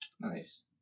Nice